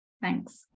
Thanks